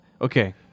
okay